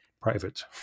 private